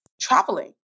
traveling